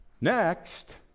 next